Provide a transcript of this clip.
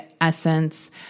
essence